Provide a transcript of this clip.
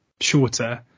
shorter